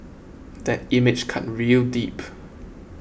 that image cut real deep